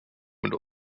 mit